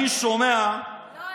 לא.